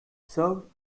served